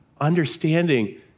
understanding